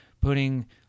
putting